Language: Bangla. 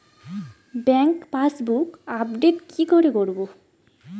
ব্যাংক পাসবুক আপডেট কি করে করবো?